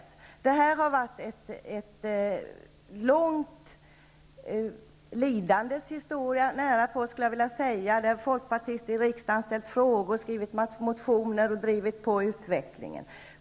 Den här frågan har utgjort ett långt lidandets historia. Folkpartister i riksdagen har ställt frågor, väckt motioner och drivit på utvecklingen.